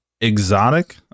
exotic